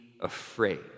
afraid